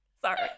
Sorry